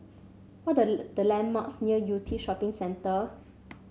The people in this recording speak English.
what are the landmarks near Yew Tee Shopping Centre